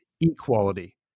equality